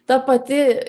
ta pati